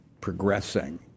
progressing